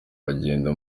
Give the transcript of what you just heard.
agenda